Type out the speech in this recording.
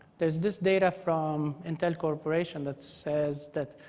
there's this data from intel corporation that says that